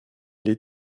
les